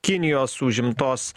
kinijos užimtos